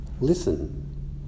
listen